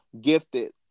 gifted